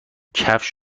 کفش